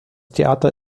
theater